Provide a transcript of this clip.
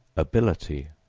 ability,